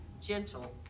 gentle